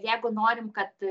jeigu norim kad